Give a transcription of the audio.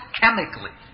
chemically